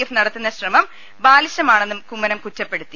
F നടത്തുന്ന ശ്രമം ബാലിശമാണെന്നും കുമ്മ നം കുറ്റപ്പെടുത്തി